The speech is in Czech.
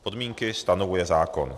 Podmínky stanovuje zákon.